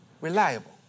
Reliable